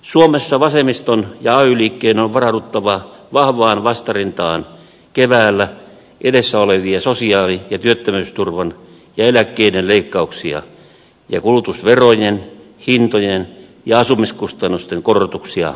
suomessa vasemmiston ja ay liikkeen on varauduttava vahvaan vastarintaan keväällä edessä olevia sosiaali ja työttömyysturvan ja eläkkeiden leikkauksia ja kulutusverojen hintojen ja asumiskustannusten korotuksia vastaan